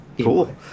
cool